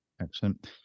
Excellent